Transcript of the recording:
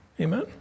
Amen